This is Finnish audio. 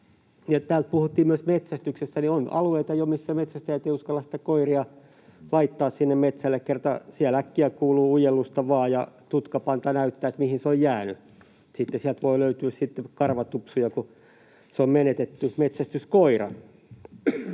Täällä puhuttiin myös metsästyksestä. On jo alueita, missä metsästäjät eivät uskalla koiria laittaa sinne metsälle, kerta siellä äkkiä kuuluu ujellusta vain ja tutkapanta näyttää, mihin se on jäänyt. Sitten sieltä voi löytyä karvatupsuja, kun on menetetty se metsästyskoira.